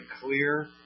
clear